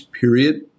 period